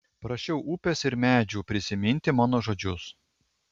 prašiau upės ir medžių prisiminti mano žodžius